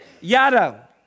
Yada